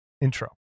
intro